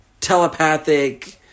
telepathic